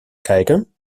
kijken